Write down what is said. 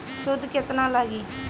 सूद केतना लागी?